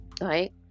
Right